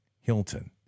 Hilton